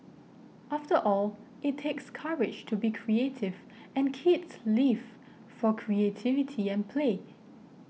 after all it takes courage to be creative and kids live for creativity and play